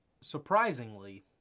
surprisingly